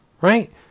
right